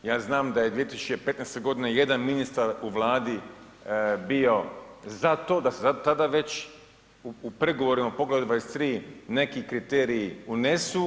Ja znam da je 2015. godine jedan ministar u Vladi bio za to da se tada već u pregovorima u poglavlju 23 neki kriteriji unesu.